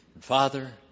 Father